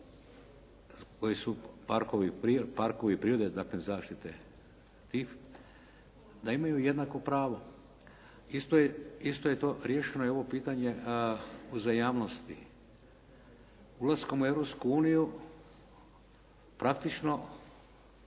koji su parkovi prirodi dakle zaštite tih da imaju jednako pravo. Isto je, isto je to, riješeno je ovo pitanje uzajamnosti. Ulaskom u Europsku uniju praktično